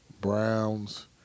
Browns